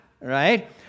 right